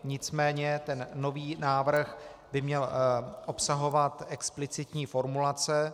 Nicméně ten nový návrh by měl obsahovat explicitní formulace.